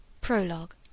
Prologue